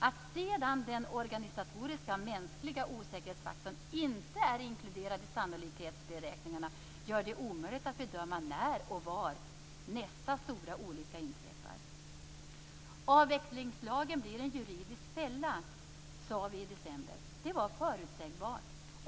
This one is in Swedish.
Att sedan den organisatoriska och mänskliga osäkerhetsfaktorn inte är inkluderad i sannolikhetsberäkningarna gör det omöjligt att bedöma när och var nästa stora olycka inträffar. Avvecklingslagen blir en juridisk fälla, sade vi i december. Det var förutsägbart.